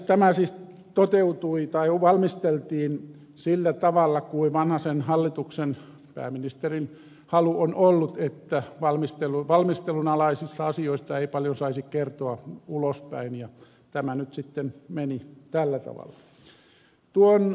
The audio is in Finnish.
tämä siis valmisteltiin sillä tavalla kuin vanhasen hallituksen pääministerin halu on ollut että valmistelun alaisista asioista ei paljon saisi kertoa ulospäin ja tämä nyt sitten meni tällä tavalla